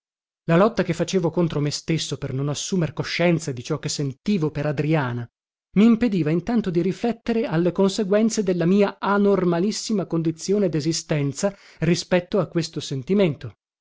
la lotta che facevo contro me stesso per non assumer coscienza di ciò che sentivo per adriana mimpediva intanto di riflettere alle conseguenze della mia anormalissima condizione desistenza rispetto a questo sentimento